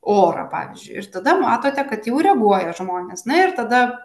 orą pavyzdžiui ir tada matote kad jau reaguoja žmonės na ir tada